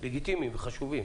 לגיטימיים וחשובים